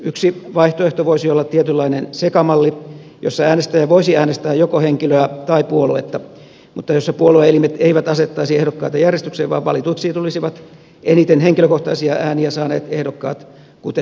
yksi vaihtoehto voisi olla tietynlainen sekamalli jossa äänestäjä voisi äänestää joko henkilöä tai puoluetta mutta jossa puolue elimet eivät asettaisi ehdokkaita järjestykseen vaan valituiksi tulisivat eniten henkilökohtaisia ääniä saaneet ehdokkaat kuten nytkin